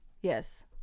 yes